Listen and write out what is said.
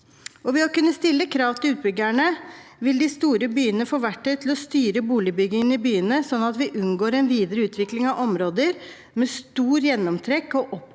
Ved å kunne stille krav til utbyggerne vil de store byene få verktøy til å styre boligbyggingen i byene, sånn at vi unngår en videre utvikling av områder med stort gjennomtrekk og opphoping